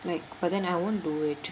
like but then I won't do it